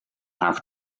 have